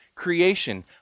creation